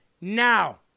now